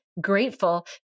grateful